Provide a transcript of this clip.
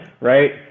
right